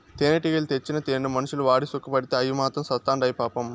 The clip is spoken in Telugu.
తేనెటీగలు తెచ్చిన తేనెను మనుషులు వాడి సుకపడితే అయ్యి మాత్రం సత్చాండాయి పాపం